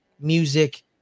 music